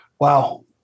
wow